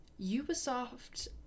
Ubisoft